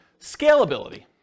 Scalability